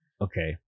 Okay